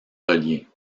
reliés